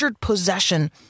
possession